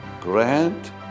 grant